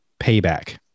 payback